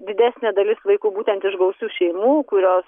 didesnė dalis vaikų būtent iš gausių šeimų kurios